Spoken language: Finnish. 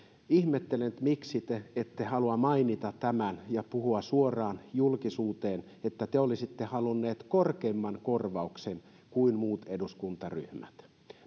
ihmettelen miksi te ette halua mainita tätä ja puhua suoraan julkisuuteen että te olisitte halunneet korkeamman korvauksen kuin muut eduskuntaryhmät